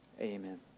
amen